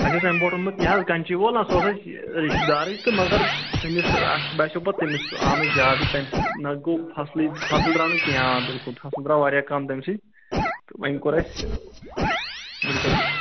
اَسہِ اوس امہِ برونٹھ اوٚن مُتۍ یہِ حظ کینچی وول نا سُہ اوس اَسہِ رشتہٕ دارٕے تہٕ مگر تٔمس اَسہِ باسیو پَتہ تٔمِس سُہ آو نہٕ زیادٕ تَمہِ سۭتۍ نَہ گوٚو فصلٕے فصل درٛاو نہٕ کینہہ آ بالکل فصل درٛاو واریاہ کَم تَمہِ سۭتۍ تہٕ وۄنۍ کوٚر اَسہِ بالکل